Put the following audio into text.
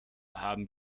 haben